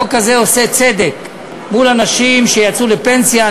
החוק הזה עושה צדק עם אנשים שיצאו לפנסיה,